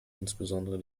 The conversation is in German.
insbesondere